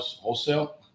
wholesale